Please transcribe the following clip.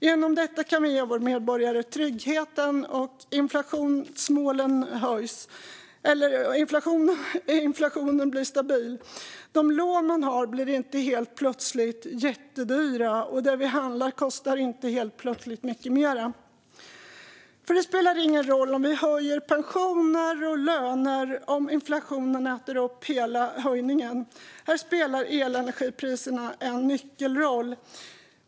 Genom detta kan vi ge våra medborgare trygghet och inflationen bli stabil. De lån man har blir inte helt plötsligt jättedyra, och det vi handlar kostar inte helt plötsligt mycket mer. Det spelar nämligen ingen roll om vi höjer pensioner och löner om inflationen äter upp hela höjningen. Här spelar elenergipriserna en nyckelroll.